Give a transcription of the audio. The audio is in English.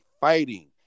fighting